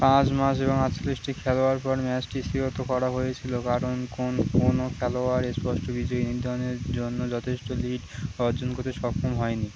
পাঁচ মাস এবং আটচল্লিশটি খেলবার পর ম্যাচটি স্থগিত করা হয়েছিল কারণ কোন কোনো খেলোয়াড়ই স্পষ্ট বিজয়ী নির্ধারণের জন্য যথেষ্ট লিড অর্জন করতে সক্ষম হয়নি